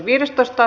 asia